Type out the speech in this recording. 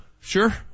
sure